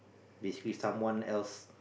basically someone else